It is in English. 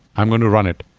i'm going to run it,